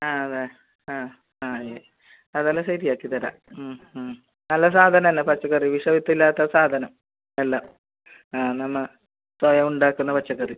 ആ അതെ ആ ആ അതെല്ലാം ശരിയാക്കി തരാം നല്ല സാധനം തന്നെ പച്ചക്കറി വിഷ വിത്തില്ലാത്ത സാധനം എല്ലാം ആ നമ്മൾ സ്വയം ഉണ്ടാക്കുന്ന പച്ചക്കറി